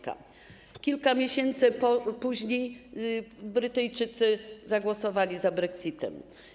Kilka miesięcy później Brytyjczycy zagłosowali za brexitem.